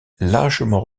largement